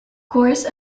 course